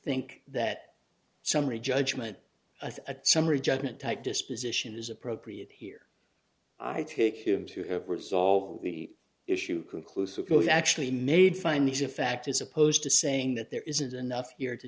think that summary judgment a summary judgment type disposition is appropriate here i take him to have resolved the issue conclusive those actually made findings of fact as opposed to saying that there isn't enough here to